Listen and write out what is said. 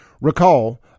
recall